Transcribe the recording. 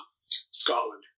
scotland